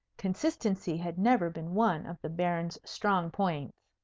consistency had never been one of the baron's strong points.